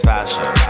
Fashion